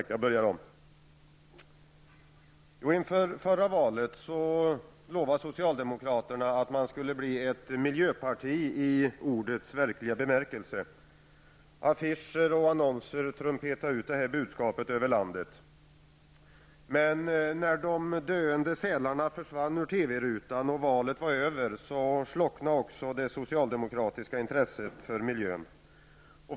Herr talman! Inför förra valet lovade socialdemokraterna att man skulle bli ett miljöparti. Affischer och annonser trumpetade ut detta budskap. Men när de döende sälarna försvann ur TV-rutan och valet var över slocknade också det socialdemokratiska intresset för miljön.